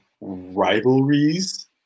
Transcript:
rivalries